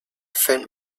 faint